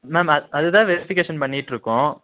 ma'am அது தான் verification பண்ணிகிட்டு இருக்கோம்